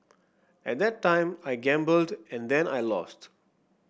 at that time I gambled and then I lost